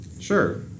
sure